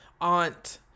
aunt